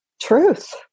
truth